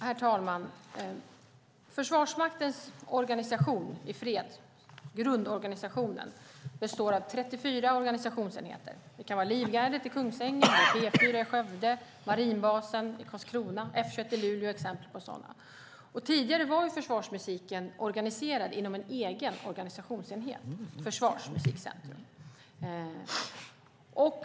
Herr talman! Försvarsmaktens organisation i fred, grundorganisationen, består av 34 organisationsenheter. Livgardet i Kungsängen, P 4 i Skövde, marinbasen i Karlskrona och F 21 i Luleå är exempel på sådana. Tidigare var försvarsmusiken organiserad inom en egen organisationsenhet, nämligen Försvarsmusikcentrum.